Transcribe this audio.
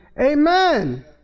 Amen